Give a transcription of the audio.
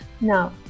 Now